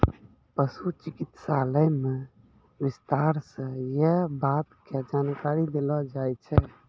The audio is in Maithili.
पशु चिकित्सालय मॅ विस्तार स यै बात के जानकारी देलो जाय छै